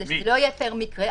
כדי שזה לא יהיה פר מקרה.